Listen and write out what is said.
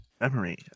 Memory